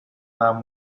man